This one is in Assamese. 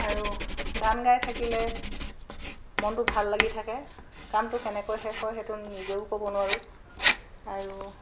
আৰু গান গাই থাকিলে মনটো ভাল লাগি থাকে কামটো কেনেকৈ শেষ হয় সেইটো নিজেও ক'ব নোৱাৰো আৰু